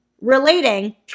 relating